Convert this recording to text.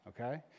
okay